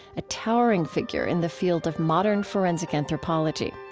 a towering figure in the field of modern forensic anthropology.